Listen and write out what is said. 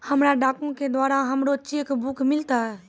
हमरा डाको के द्वारा हमरो चेक बुक मिललै